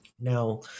Now